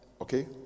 okay